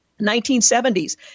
1970s